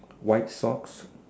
white socks